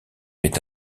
est